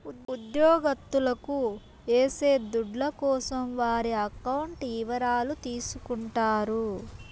ఉద్యోగత్తులకు ఏసే దుడ్ల కోసం వారి అకౌంట్ ఇవరాలు తీసుకుంటారు